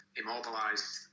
immobilised